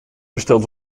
besteld